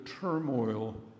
turmoil